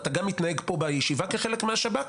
אתה גם מתנהג פה בישיבה כחלק מהשב"כ